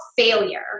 failure